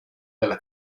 della